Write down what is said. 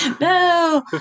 No